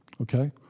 Okay